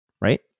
right